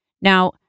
Now